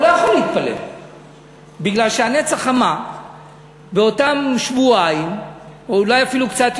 הוא לא יכול להתפלל כי הנץ החמה באותם שבועיים ואולי קצת יותר,